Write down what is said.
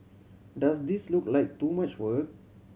does this look like too much work